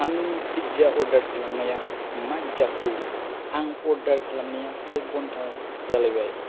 आंनि pizza order खालामनाया मा जाखो आं अर्डार खालामनाया से घन्टा जालायबाय